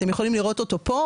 אתם יכולים לראות אותו פה,